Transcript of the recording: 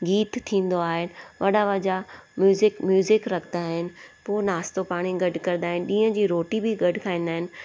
गीतु थींदो आहे वॾा वॾा म्यूज़िक म्यूज़िक रखंदा आहिनि पोइ नाश्तो पाणी गॾु कंदा आहिनि ॾींहं जी रोटी बि गॾु खाईंदा आहिनि